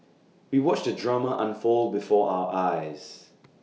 we watched the drama unfold before our eyes